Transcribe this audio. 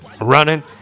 running